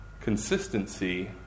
consistency